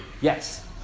Yes